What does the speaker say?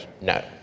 No